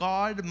God